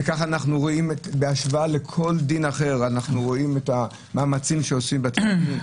וכך אנחנו רואים בהשוואה לכל דין אחר את המאמצים שעושים בתי הדין,